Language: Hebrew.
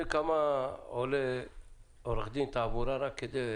כמה עולה עורך דין תעבורה רק כדי